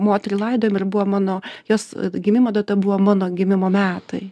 moterį laidojom ir buvo mano jos gimimo data buvo mano gimimo metai